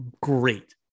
great